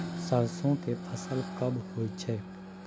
सरसो के फसल कब होय छै?